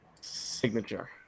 Signature